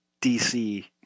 DC